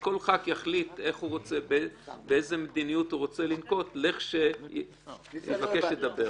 כל חבר כנסת יחליט באיזה מדיניות הוא רוצה לנקוט לכשיתבקש לדבר.